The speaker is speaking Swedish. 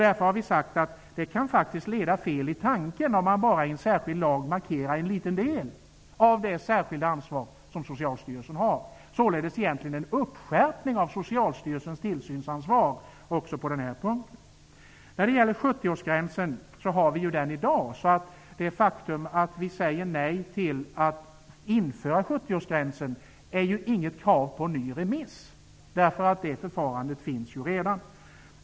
Därför har vi sagt att det faktiskt kan leda tanken fel om man i en särskild lag bara markerar en liten del av det särskilda ansvar som Socialstyrelsen har. Det är således egentligen en skärpning av Socialstyrelsens tillsynsansvar också på den här punkten. 70-årsgränsen har vi ju redan i dag, så det faktum att vi säger nej till att införa 70-årsgränsen innebär inget krav på en ny remiss. Det förfarandet finns ju redan.